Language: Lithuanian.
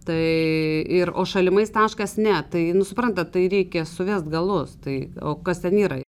tai ir o šalimais taškas ne tai nu suprantat tai reikia suvest galus tai o kas ten yra